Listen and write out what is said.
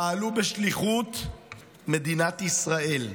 פעלו בשליחות מדינת ישראל.